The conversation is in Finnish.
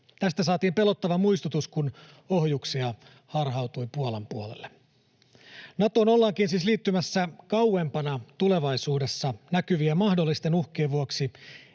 Tästä saatiin pelottava muistutus, kun ohjuksia harhautui Puolan puolelle. Natoon ollaankin siis liittymässä kauempana tulevaisuudessa näkyvien mahdollisten uhkien vuoksi,